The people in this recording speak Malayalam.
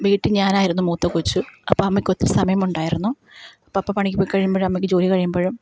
വീട്ടിൽ ഞാനായിരുന്നു മൂത്ത കൊച്ച് അപ്പോൾ അമ്മക്ക് ഒത്തിരി സമയം ഉണ്ടായിരുന്നു പപ്പ പണിക്ക് പൊയ്ക്കഴിയുമ്പോഴും അമ്മക്കു ജോലി കഴിയുമ്പോഴും